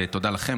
ותודה לכם.